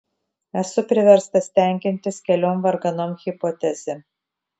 esu priverstas tenkintis keliom varganom hipotezėm